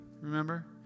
remember